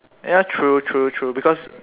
ya true true true because